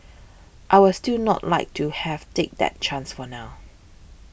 I was still not like to have take that chance for now